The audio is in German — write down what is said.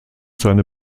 seine